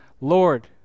Lord